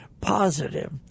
positive